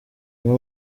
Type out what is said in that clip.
amwe